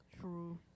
True